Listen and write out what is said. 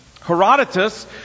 Herodotus